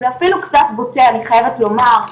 זה אפילו קצת בוטה, אני חייבת לומר.